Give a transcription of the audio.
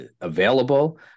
available